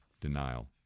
denial